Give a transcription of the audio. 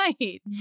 Right